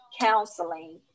counseling